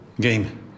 game